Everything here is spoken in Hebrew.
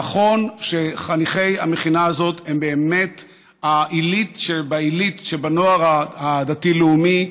נכון שחניכי המכינה הזאת הם באמת העילית שבעילית שבנוער הדתי-לאומי,